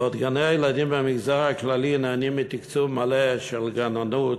בעוד גני-הילדים במגזר הכללי נהנים מתקצוב מלא של גננות,